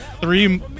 Three